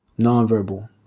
Nonverbal